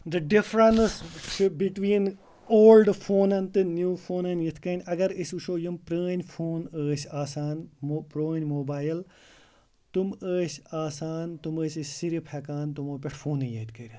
the difference between old فونن تہٕ new فونن یِتھ کَنۍ اَگر أسۍ وٕچھو یِم پرٲنۍ فون ٲسۍ آسان پرٲنۍ موبایل تِم ٲسۍ صِرف آسان تِم ٲسۍ أسۍ صِرف ہٮ۪کان تِمو پٮ۪ٹھ فونٕے یٲتۍ کٔرِتھ